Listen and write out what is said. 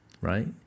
right